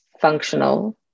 functional